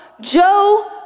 Joe